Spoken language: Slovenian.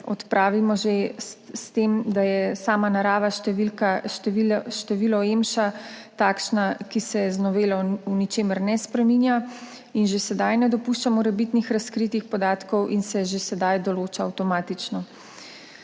odpravimo že s tem, da je sama narava števila EMŠO takšna, ki se z novelo v ničemer ne spreminja in že sedaj ne dopušča morebitnih razkritih podatkov in se že sedaj določa avtomatično.